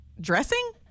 dressing